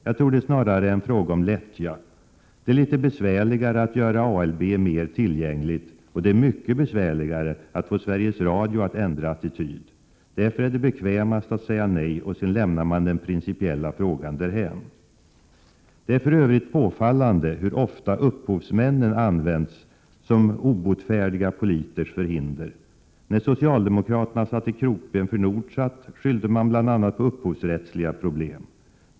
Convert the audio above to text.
Jag tror det snarare är fråga om lättja. Det är litet besvärligare att göra ALB mer tillgängligt och mycket besvärligare att få Sveriges Radio att ändra attityd. Därför är det bekvämast att säga nej, och så lämnar man den principiella frågan därhän. Det är för övrigt påfallande hur ofta upphovsmännen används som obotfärdiga politikers förhinder. När socialdemokraterna satte krokben för Nordsat skyllde man bl.a. på upphovsrättsliga problem.